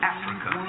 Africa